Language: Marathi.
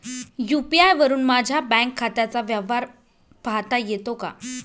यू.पी.आय वरुन माझ्या बँक खात्याचा व्यवहार पाहता येतो का?